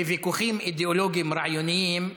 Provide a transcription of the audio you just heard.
ויכוחים אידיאולוגיים רעיוניים,